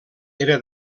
era